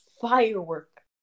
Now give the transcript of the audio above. firework